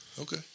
Okay